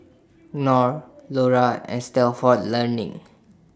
Knorr Lora and Stalford Learning